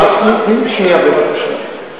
תני לי שנייה, בבקשה.